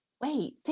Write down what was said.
wait